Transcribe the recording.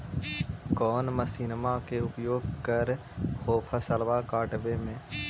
कौन मसिंनमा के उपयोग कर हो फसलबा काटबे में?